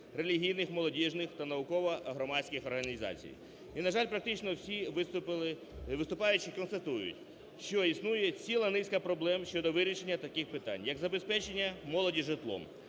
релігійних, молодіжних та науково-громадських організацій. І, на жаль, практично всі виступаючі констатують, що існує ціла низка проблем щодо вирішення таких питань – як забезпечення молоді житлом,